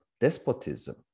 despotism